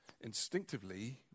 Instinctively